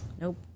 Nope